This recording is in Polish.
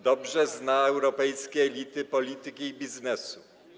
Dobrze zna europejskie elity polityki i biznesu.